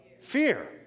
fear